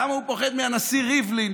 למה הוא פוחד מהנשיא ריבלין?